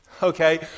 Okay